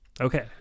Okay